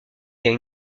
gagne